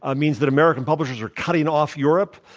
um means that american publishers are cutting off europe.